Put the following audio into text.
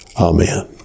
Amen